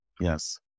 yes